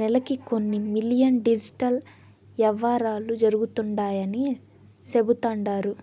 నెలకి కొన్ని million digital యవ్వారాలు జరుగుతండాయని సెబుతండారు